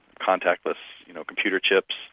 contactless you know computer chips,